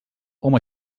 home